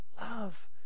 love